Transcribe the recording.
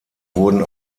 wurden